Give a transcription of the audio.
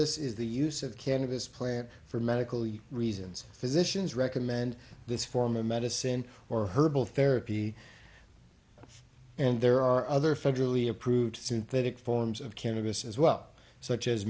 bis is the use of cannabis plant for medical reasons physicians recommend this form of medicine or herbal therapy and there are other federally approved synthetic forms of cannabis as well such as